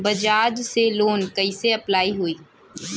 बजाज से लोन कईसे अप्लाई होई?